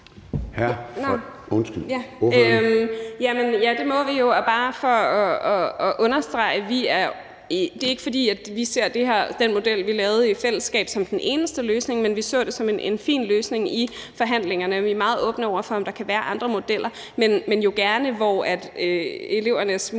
Ja, det må vi jo, og bare for at understrege det: Det er ikke, fordi vi ser den model, vi lavede i fællesskab, som den eneste løsning, men vi så det som en fin løsning i forhandlingerne. Vi er meget åbne over for, om der kan være andre modeller, men jo gerne noget, hvor elevernes muligheder